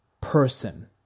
Person